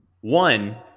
One